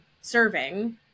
serving